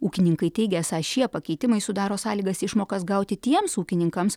ūkininkai teigia esą šie pakeitimai sudaro sąlygas išmokas gauti tiems ūkininkams